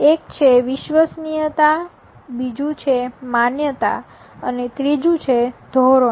એક છે વિશ્વસનીયતા બીજું છે માન્યતા અને ત્રીજું છે ધોરણો